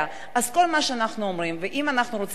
כל מה שאנחנו אומרים, אם אנחנו רוצים להיטיב